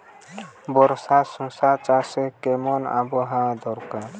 বর্ষার শশা চাষে কেমন আবহাওয়া দরকার?